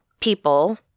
people